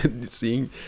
seeing